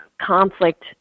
conflict